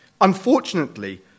Unfortunately